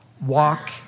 Walk